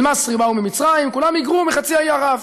אל-מסרי באו ממצרים, כולם היגרו מחצי האי ערב.